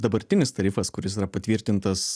dabartinis tarifas kuris yra patvirtintas